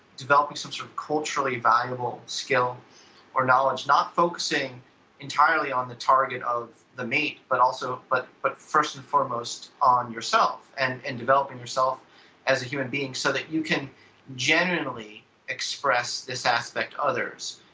developing some sort culturally valuable skill or knowledge not focusing entirely on the target of the mate but but but first and foremost on yourself and and developing yourself as a human being so that you can generally express this aspect to others.